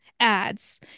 ads